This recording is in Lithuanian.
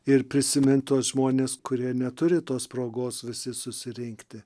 ir prisimint tuos žmones kurie neturi tos progos visi susirinkti